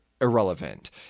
irrelevant